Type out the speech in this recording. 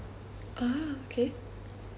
ah okay